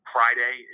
Friday